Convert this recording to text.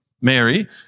Mary